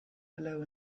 below